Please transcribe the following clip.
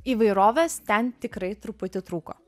įvairovės ten tikrai truputį trūko